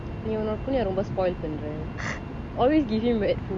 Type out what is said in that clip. நீ உன்னோடைய போனாயா ரொம்ப:nee unodaya ponaya romba spoil பண்ற:panra always give him wet food